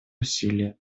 усилия